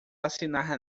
assinar